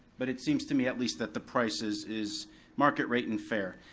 but it seems to me at least that the price is is market rate and fair.